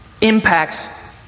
impacts